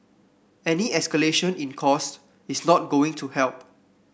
any escalation in cost is not going to help